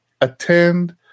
attend